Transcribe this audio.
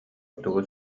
тугу